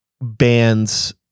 bands